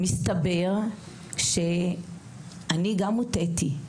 מסתבר שאני גם הוטעיתי,